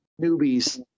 newbies